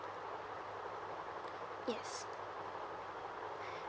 yes